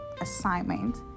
assignment